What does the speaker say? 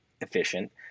efficient